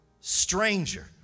stranger